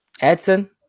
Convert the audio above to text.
Edson